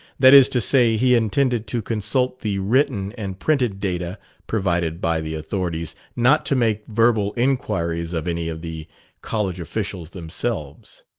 that is to say, he intended to consult the written and printed data provided by the authorities not to make verbal inquiries of any of the college officials themselves.